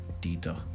data